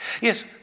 Yes